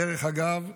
דרך אגב,